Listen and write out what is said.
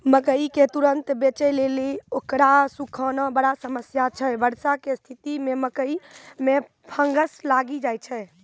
मकई के तुरन्त बेचे लेली उकरा सुखाना बड़ा समस्या छैय वर्षा के स्तिथि मे मकई मे फंगस लागि जाय छैय?